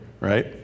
right